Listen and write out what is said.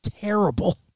terrible